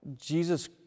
Jesus